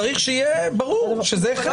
צריך שיהיה ברור שזה חלק.